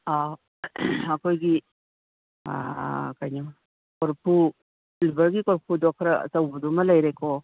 ꯑꯩꯈꯣꯏꯒꯤ ꯀꯩꯅꯣ ꯀꯣꯔꯐꯨ ꯁꯤꯜꯚꯔꯒꯤ ꯀꯣꯔꯐꯨꯗꯣ ꯈꯔ ꯑꯆꯧꯕꯗꯨꯃ ꯂꯩꯔꯦꯀꯣ